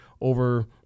over